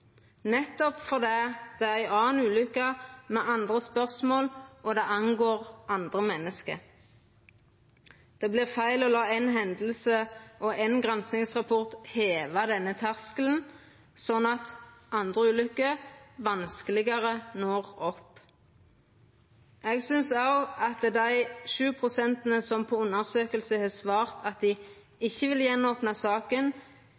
nettopp fordi dette er ei anna ulykke, med andre spørsmål, og det vedkjem andre menneske. Det vert feil å la éi hending og éin granskingsrapport heva denne terskelen, slik at andre ulykker vanskelegare når opp. Eg synest òg at dei 7 pst. som i undersøkingar har svart at dei ikkje vil opna saka